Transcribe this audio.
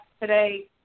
today